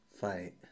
Fight